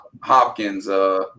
Hopkins